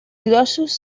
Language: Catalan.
grossos